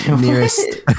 nearest